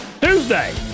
Tuesday